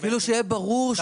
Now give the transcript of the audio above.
הם יחזירו תשובה ואז נחליט.